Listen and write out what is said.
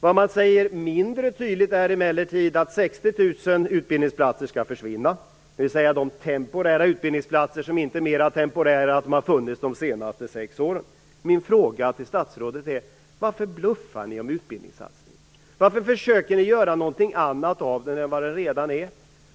Vad man mindre tydligt säger är emellertid att 60 000 utbildningsplatser skall försvinna, dvs. de temporära utbildningsplatser som inte är mera temporära än att de har funnits under de senaste sex åren. Jag vill alltså fråga statsrådet: Varför bluffar ni om utbildningssatsningen? Varför försöker ni göra något annat av den än vad den redan är?